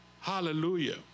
Hallelujah